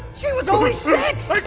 she was only six!